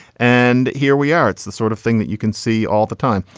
and here we are. it's the sort of thing that you can see all the time.